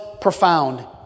profound